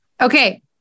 Okay